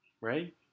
right